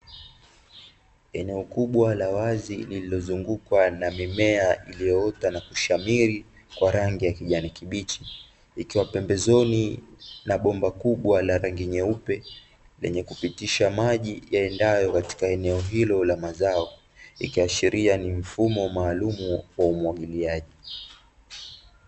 Eneo kubwa la wazi lililozungukwa na mimea iliyoota na kushamiri kwa rangi ya kijani kibichi, ikiwa pembezoni na bomba kubwa la rangi nyeupe lenye kupitisha maji yaendayo katika eneo hilo la mazao; ikiashiria ni mfumo maalumu wa umwagiliaji.